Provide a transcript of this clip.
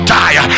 die